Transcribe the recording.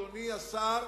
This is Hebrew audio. אדוני השר,